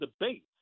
debate